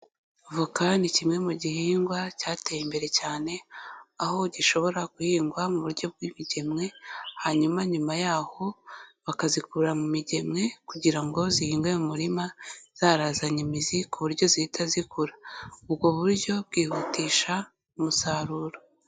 Voka ni kimwe mu gihingwa cyateye imbere cyane, aho gishobora guhingwa mu buryo bw'imigemwe, hanyuma nyuma y'aho bakazikura mu migemwe kugira ngo zihingwe mu murima, zarazanye imizi ku buryo zihita zikura, ubwo buryo bwihutisha umusaruro.